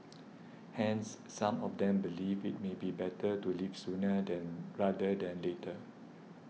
hence some of them believe it may be better to leave sooner than rather than later